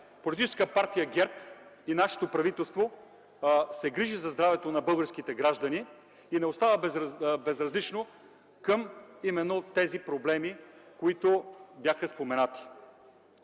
партия ГЕРБ и нашето правителство се грижат за здравето на българските граждани и не остават безразлични към тези проблеми, които бяха споменати.